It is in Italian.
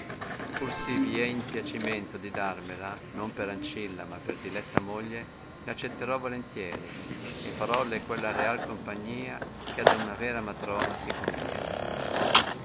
vi è in piacimento di darmela non per anelila ma per diletta moglie r accetterò volentieri e faroue quella real compagnia che ad una vera matrona si conviene